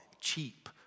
cheap